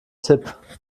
tipp